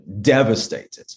devastated